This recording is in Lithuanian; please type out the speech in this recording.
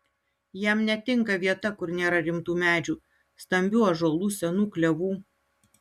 jam netinka vieta kur nėra rimtų medžių stambių ąžuolų senų klevų